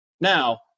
Now